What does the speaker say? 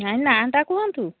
ନାଇଁ ନାଁ'ଟା କୁହନ୍ତୁ